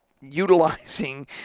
utilizing